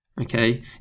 Okay